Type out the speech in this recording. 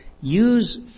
use